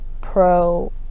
pro